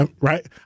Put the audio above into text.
right